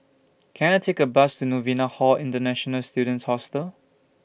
Can I Take A Bus to Novena Hall International Students Hostel